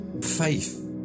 faith